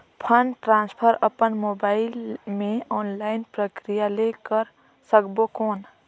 Fund transfer अपन mobile मे online प्रक्रिया ले कर सकबो कौन?